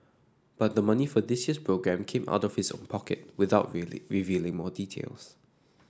but the money for this year's programme came out of his own pocket without revealing more details